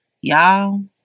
Y'all